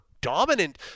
dominant